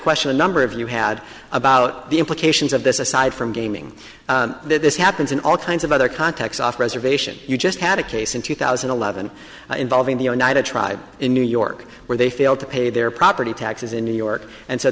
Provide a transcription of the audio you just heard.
question a number of you had about the implications of this aside from gaming this happens in all kinds of other contexts off reservation you just had a case in two thousand and eleven involving the united tried in new york where they failed to pay their property taxes in new york and so